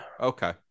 Okay